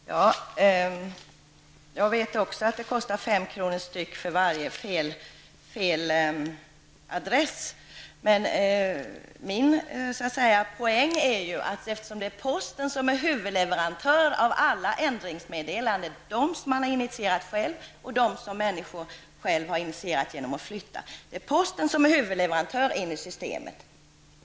Fru talman! Jag vet också att det kostar 5 kr. styck för varje feladressering. Men min poäng är att det är posten som är huvudleverantör av alla ändringsmeddelanden; de som man har initierat själv och de som människor har initierat genom att flytta. Posten är huvudleverantör in i systemet.